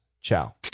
Ciao